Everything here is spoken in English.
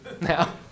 Now